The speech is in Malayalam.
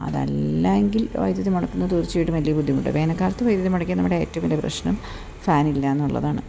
അതല്ല എങ്കിൽ വൈദ്യുതി മുടക്കുന്നത് തീർച്ചയായിട്ടും വലിയ ബുദ്ധിമുട്ടാണ് വേനൽക്കാലത്ത് വൈദ്യുതി മുടക്കിയാൽ നമ്മുടെ ഏറ്റവും വലിയ ഒരു പ്രശ്നം ഫാൻ ഇല്ല എന്നുള്ളതാണ്